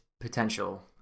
potential